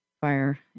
fire